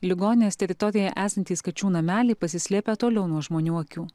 ligonės teritorijoj esantys kačių nameliai pasislėpę toliau nuo žmonių akių